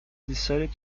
decided